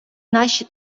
наші